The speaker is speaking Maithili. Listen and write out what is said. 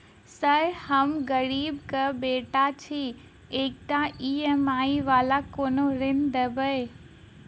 सर हम गरीबक बेटा छी एकटा ई.एम.आई वला कोनो ऋण देबै?